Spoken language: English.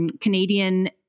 Canadian